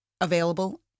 available